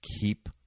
keep